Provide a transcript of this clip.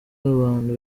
n’abantu